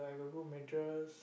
I got good mattress